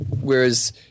Whereas